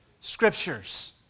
scriptures